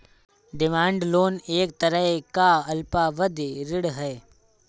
demand loan एक तरह का अल्पावधि ऋण है